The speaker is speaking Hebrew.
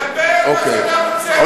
דבר על מה שאתה רוצה.